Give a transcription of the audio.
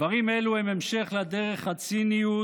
דברים אלו הם המשך לדרך הציניות,